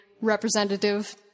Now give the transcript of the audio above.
representative